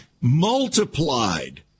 multiplied